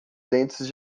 dentes